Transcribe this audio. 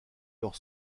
leur